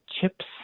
chips